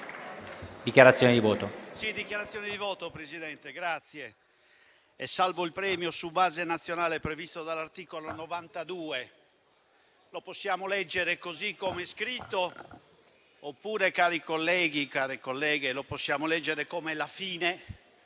dichiarazione di voto.